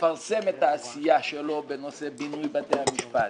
מפרסם את העשייה שלו בנושא בינוי בתי המשפט,